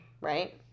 right